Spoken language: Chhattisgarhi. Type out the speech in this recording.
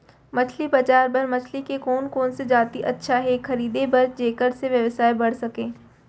मछली बजार बर मछली के कोन कोन से जाति अच्छा हे खरीदे बर जेकर से व्यवसाय बढ़ सके?